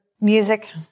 music